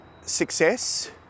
success